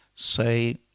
Say